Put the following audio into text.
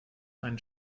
einen